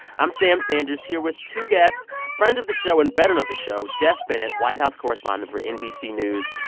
i'm sam sanders, here with two guests friend of the show and veteran of the show, geoff bennett, white house correspondent for nbc news.